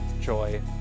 joy